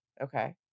Okay